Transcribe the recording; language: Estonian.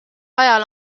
ajal